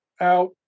Out